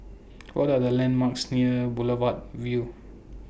What Are The landmarks near Boulevard Vue